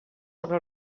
sobre